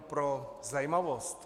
Pro zajímavost.